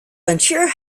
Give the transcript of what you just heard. unsure